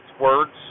words